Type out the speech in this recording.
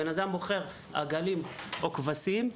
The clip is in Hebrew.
אדם שבוחר לקחת עגלים או כבשים,